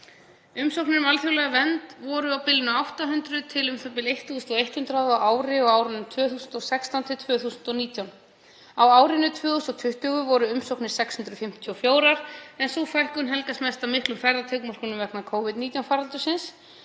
Umsóknir um alþjóðlega vernd voru á bilinu 800 til u.þ.b. 1.100 á ári á árunum 2016–2019. Á árinu 2020 voru umsóknir 654 en sú fækkun helgast mest af miklum ferðatakmörkunum vegna Covid-19 faraldursins.